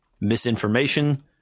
misinformation